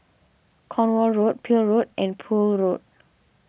Cornwall Road Peel Road and Poole Road